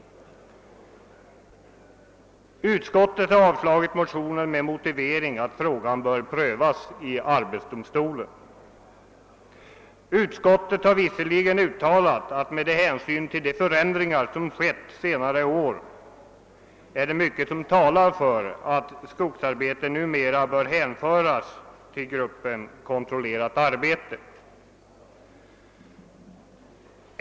Utskottet har avstyrkt motionen med motivering att frågan bör prövas i arbetsdomstolen. Utskottet har visserligen uttalat att det, med de hänsyn till de förändringar som skett på senare år, är mycket som talar för att skogsarbete numera bör hänföras till gruppen kontrollerat arbete.